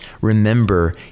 remember